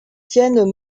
tiennent